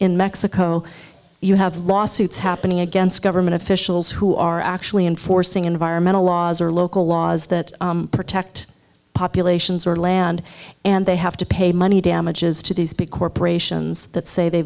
in mexico you have lawsuits happening against government officials who are actually enforcing environmental laws or local laws that protect populations or land and they have to pay money damages to these big corporations that say they